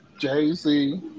Jay-Z